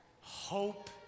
hope